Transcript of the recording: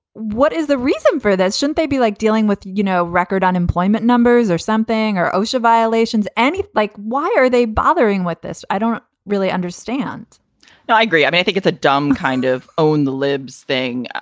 what is the reason for that? shouldn't they be like dealing with, you know, record unemployment numbers or something or osha violations any like why are they bothering with this? i don't really understand no, i agree. i mean, i think it's a dumb kind of own the libs thing.